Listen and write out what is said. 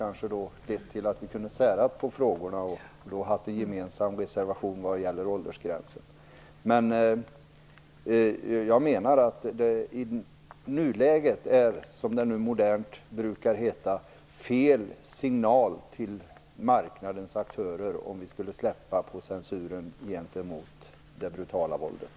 Det hade kanske lett till att vi hade kunnat sära på frågorna och fått en gemensam reservation vad gäller åldersgränser. I nuläget är det fel signal, som det modernt brukar heta, till marknadens aktörer att släppa på censuren i fråga om det brutala våldet.